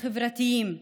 החברתיים,